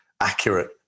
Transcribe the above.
accurate